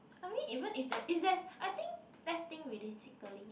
I mean even if there if there's I think let's think realistically